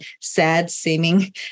sad-seeming